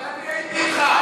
אבל אני הייתי אתך.